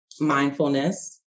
mindfulness